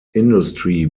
industry